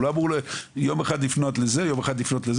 הוא לא אמור יום אחד לפנות לזה, יום אחד לזה.